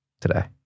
today